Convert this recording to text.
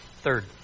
Third